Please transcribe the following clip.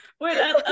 wait